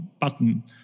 button